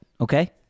okay